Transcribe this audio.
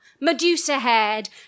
Medusa-haired